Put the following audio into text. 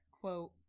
quote